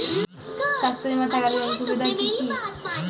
স্বাস্থ্য বিমা থাকার সুবিধা কী কী?